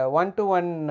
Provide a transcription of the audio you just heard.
one-to-one